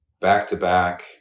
back-to-back